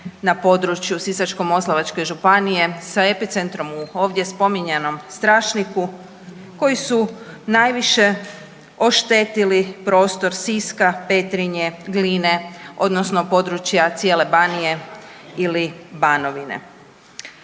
na području Sisačko-moslavačke Županije, sa epicentrom u ovdje spominjanom Strašniku, koji su najviše oštetili prostor Siska, Petrinje, Gline, odnosno područja cijene Banije ili Banovine.